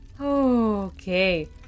Okay